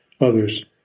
others